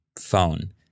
phone